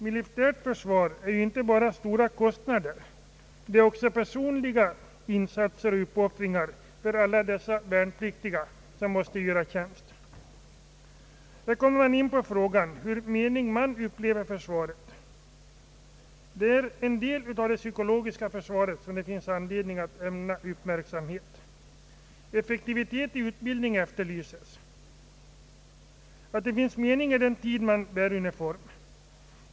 Militärt försvar är ju inte bara stora kostnader, det är också personliga insatser och uppoffringar för alla dessa värnpliktiga som måste göra militärtjänst. Det är viktigt hur menige man upplever försvaret. Detta utgör en del av det psykologiska försvaret som det finns anledning att ägna uppmärksamhet åt. Effektivitet i utbildningen efterlyses. Det bör finnas mening i den tid som man bär uniform.